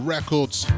Records